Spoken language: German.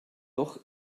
doch